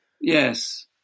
Yes